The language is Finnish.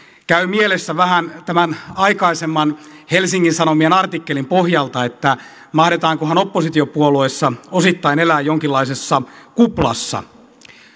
mielessä vähän tämän aikaisemman helsingin sanomien artikkelin pohjalta että mahdetaankohan oppositiopuolueissa osittain elää jonkinlaisessa kuplassa